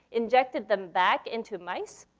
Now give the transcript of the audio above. injected them back into mice,